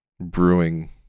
brewing